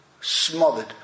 Smothered